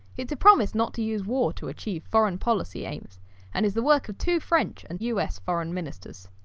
it's a promise not to use war to achieve foreign policy aims and is the work of two french and us foreign ministers.